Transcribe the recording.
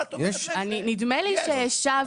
נדמה לי שהשבתי,